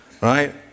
right